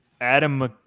Adam